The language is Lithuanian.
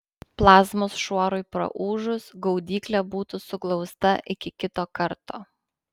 plazmos šuorui praūžus gaudyklė būtų suglausta iki kito karto